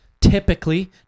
typically